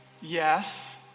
Yes